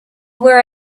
where